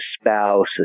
spouse